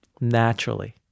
naturally